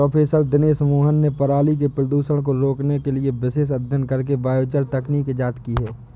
professor Dinesh Mohan ने पराली के प्रदूषण को रोकने के लिए विशेष अध्ययन करके बायोचार तकनीक इजाद की है